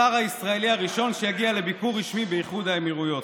השר הישראלי הראשון שהגיע לביקור רשמי באיחוד האמירויות.